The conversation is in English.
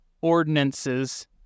ordinances